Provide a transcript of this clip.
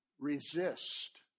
Resist